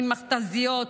ספגנו מכת"זיות,